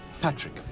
Patrick